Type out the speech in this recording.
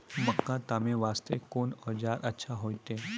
मक्का तामे वास्ते कोंन औजार अच्छा होइतै?